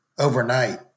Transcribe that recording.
overnight